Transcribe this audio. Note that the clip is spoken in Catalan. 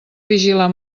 vigilar